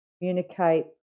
communicate